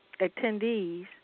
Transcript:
attendees